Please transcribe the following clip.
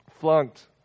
Flunked